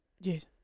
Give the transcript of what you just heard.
Yes